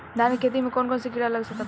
धान के खेती में कौन कौन से किड़ा लग सकता?